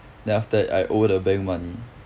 then after that I owe the bank money